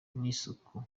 n’isuku